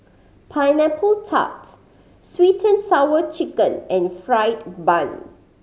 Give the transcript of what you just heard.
Pineapple Tart Sweet And Sour Chicken and fried bun